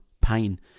pain